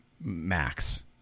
max